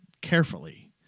carefully